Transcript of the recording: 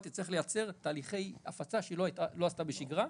תצטרך לייצר תהליכי הפצה שהיא לא עשתה בשגרה,